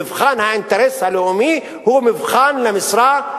מבחן האינטרס הלאומי הוא מבחן למשרה,